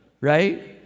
Right